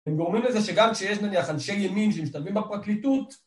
‫הם גורמים לזה שגם כשיש נניח ‫אנשי ימין שמשתלבים בפרקליטות...